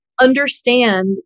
understand